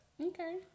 Okay